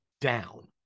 down